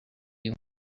you